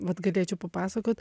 vat galėčiau papasakot